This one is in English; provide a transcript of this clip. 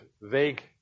vague